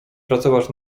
pracować